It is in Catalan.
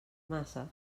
massa